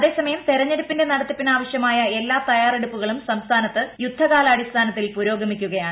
അതേസമയം തെരഞ്ഞെടുപ്പിന്റെ നടത്തിപ്പിനാവശ്യമായ എല്ലാ തയ്യാറെടുപ്പുകളും സംസ്ഥാനത്ത് യുദ്ധകാലാടിസ്ഥാനത്തിൽ പുരോഗമിക്കുകയാണ്